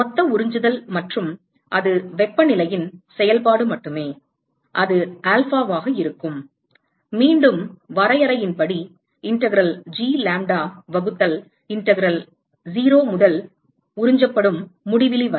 மொத்த உறிஞ்சுதல் மற்றும் அது வெப்பநிலையின் செயல்பாடு மட்டுமே அது ஆல்ஃபாவாக இருக்கும் மீண்டும் வரையறையின்படி இன்டகரல் G லாம்ப்டா வகுத்தல் இன்டகரல் 0 முதல் உறிஞ்சப்படும் முடிவிலி வரை